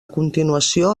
continuació